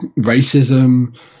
racism